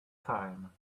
time